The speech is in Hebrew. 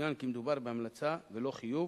יצוין כי מדובר בהמלצה ולא בחיוב.